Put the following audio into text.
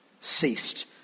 ceased